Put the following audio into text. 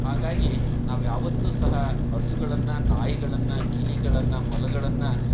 ಹಾಗಾಗಿ ನಾವು ಯಾವತ್ತೂ ಸಹ ಹಸುಗಳನ್ನು ನಾಯಿಗಳನ್ನು ಗಿಳಿಗಳನ್ನು ಮೊಲಗಳನ್ನು